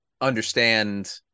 understand